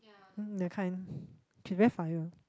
um that kind prevent fire